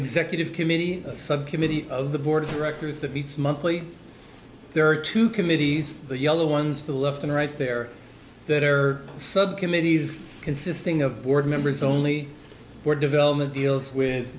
subcommittee of the board of directors that meets monthly there are two committees the yellow ones to the left and right there that are subcommittees consisting of board members only for development deals with